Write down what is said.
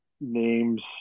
names